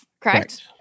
correct